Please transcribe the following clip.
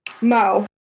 Mo